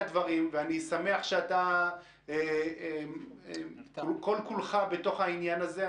אני שמח שכל כולך בתוך העניין הזה.